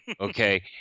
Okay